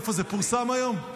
איפה זה פורסם היום?